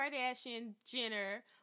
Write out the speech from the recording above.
Kardashian-Jenner